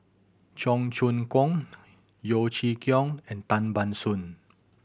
Cheong Choong Kong Yeo Chee Kiong and Tan Ban Soon